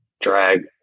drag